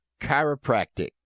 Chiropractic